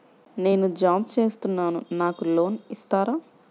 నేను జాబ్ చేస్తున్నాను నాకు లోన్ ఇస్తారా?